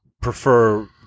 prefer